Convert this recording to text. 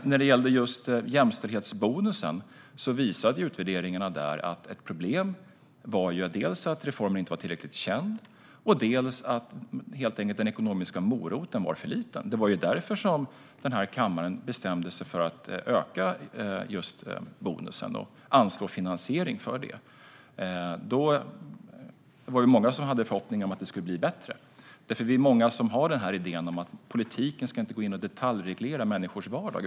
Utvärderingarna av jämställdhetsbonusen visade att ett problem var dels att reformen inte var tillräckligt känd, dels att den ekonomiska moroten var för liten. Det var därför som kammaren bestämde sig för att anslå en finansiering för att öka bonusen. Många hade förhoppningar om att det skulle bli bättre. Vi är många som har idén att politiken inte ska detaljreglera människors vardag.